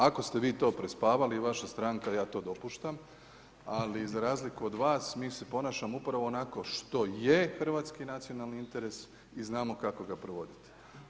Ako ste vi to prespavali, vaša stranka, ja to dopuštam ali za razliku od vas, mi se ponašamo upravo onako što je hrvatski nacionalni interes i znamo kako ga provoditi.